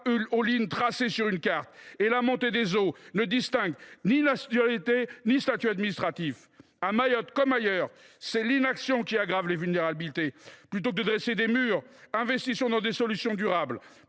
aux lignes tracées sur une carte ; la montée des eaux ne distingue ni nationalité ni statut administratif. À Mayotte comme ailleurs, c’est l’inaction qui aggrave les vulnérabilités. Plutôt que de dresser des murs, investissons dans des solutions durables